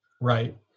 Right